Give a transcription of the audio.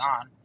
on